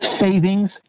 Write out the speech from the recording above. savings